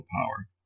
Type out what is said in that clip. power